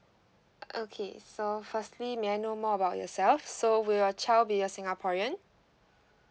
okay so firstly may I know more about yourself so will your child be a singaporean